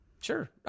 Sure